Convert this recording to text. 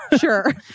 Sure